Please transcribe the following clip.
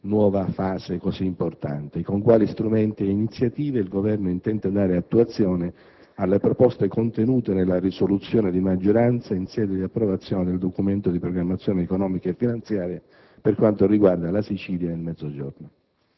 nuova fase così importante e con quali strumenti ed iniziative il Governo intende dare attuazione alle proposte contenute nella risoluzione di maggioranza in sede di approvazione del Documento di programmazione economico-finanziaria per quanto riguarda la Sicilia ed il Mezzogiorno.